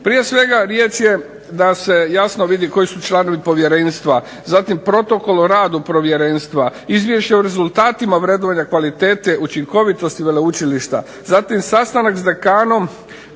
Prije svega riječ je da se jasno vidi koji su članovi povjerenstva, zatim protokol o radu povjerenstva, izvješće o rezultatima vrednovanja kvalitete učinkovitosti veleučilišta. Zatim sastanak s dekanom,